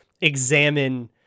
examine